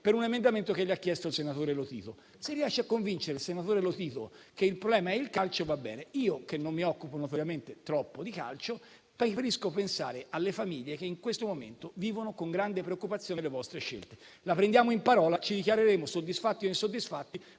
per un emendamento che le ha chiesto il senatore Lotito. Se riesce a convincere il senatore Lotito che il problema è il calcio, va bene. Io, che notoriamente non mi occupo troppo di calcio, preferisco pensare alle famiglie che in questo momento vivono con grande preoccupazione le vostre scelte. La prendiamo in parola; ci dichiareremo soddisfatti o insoddisfatti